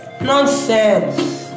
nonsense